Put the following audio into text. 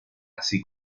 así